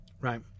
right